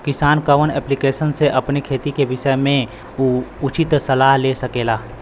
किसान कवन ऐप्लिकेशन से अपने खेती के विषय मे उचित सलाह ले सकेला?